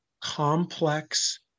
complex